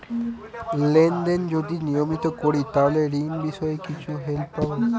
Lane দেন যদি নিয়মিত করি তাহলে ঋণ বিষয়ে কিছু হেল্প পাবো?